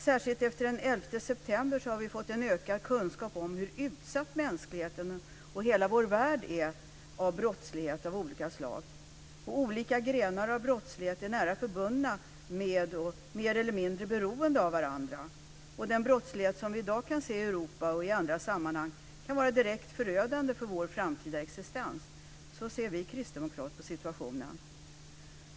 Särskilt efter den 11 september har vi fått en ökad kunskap om hur utsatt mänskligheten och hela vår värld är av brottslighet av olika slag. Olika grenar av brottslighet är nära förbundna med och mer eller mindre beroende av varandra. Den brottslighet som vi i dag kan se i Europa och på andra håll kan vara direkt förödande för vår framtida existens. Så ser vi kristdemokrater på situationen.